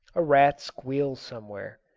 a rat squeals somewhere.